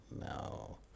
No